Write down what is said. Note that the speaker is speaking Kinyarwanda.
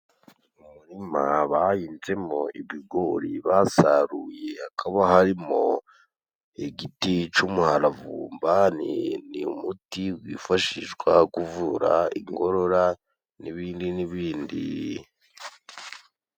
Mu murima bahinzemo ibigori basaruye, hakaba harimo igiti cy'umuharavumba. Ni umuti wifashishwa guvura inkorora n'ibindi n'ibindi.